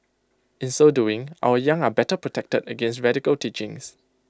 in so doing our young are better protected against radical teachings